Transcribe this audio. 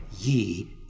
ye